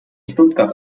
stuttgart